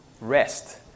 rest